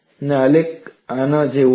અને આલેખ આના જેવો છે